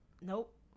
Nope